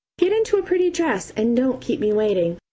get into a pretty dress, and don't keep me waiting.